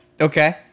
Okay